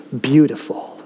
beautiful